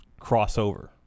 crossover